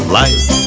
life